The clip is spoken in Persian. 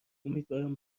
امیدوارم